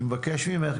אני מבקש ממך,